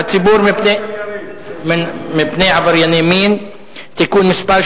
שוב, עברה ההצעה בקריאה